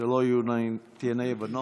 שלא תהיינה אי-הבנות.